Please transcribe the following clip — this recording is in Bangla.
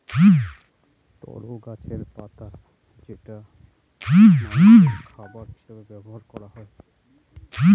তরো গাছের পাতা যেটা মানষের খাবার হিসেবে ব্যবহার করা হয়